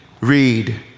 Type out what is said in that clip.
read